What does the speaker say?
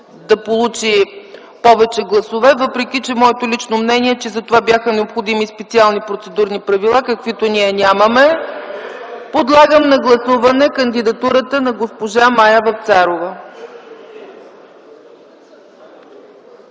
да получи повече гласове, въпреки че моето лично мнение е, че за това бяха необходими специални процедурни правила, каквито ние нямаме. Подлагам на гласуване кандидатурата на госпожа Мая Вапцарова.